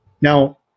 Now